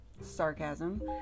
sarcasm